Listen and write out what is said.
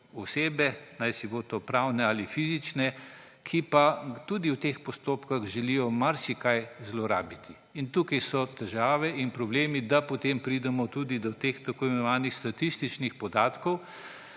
osebe, pravne ali fizične, ki pa tudi v teh postopkih želijo marsikaj zlorabiti. In tukaj so težave in problemi, da potem pridemo tudi do teh tako imenovanih statističnih podatkov,